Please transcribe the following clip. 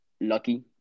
lucky